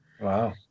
Wow